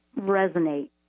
resonate